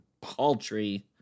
paltry